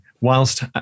whilst